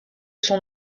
son